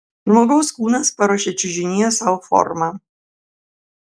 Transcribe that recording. žmogaus kūnas paruošia čiužinyje sau formą